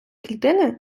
клітини